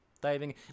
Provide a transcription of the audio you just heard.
diving